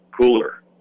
cooler